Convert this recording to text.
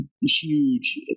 huge